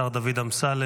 השר דוד אמסלם,